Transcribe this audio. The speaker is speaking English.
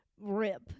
rip